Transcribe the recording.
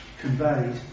conveyed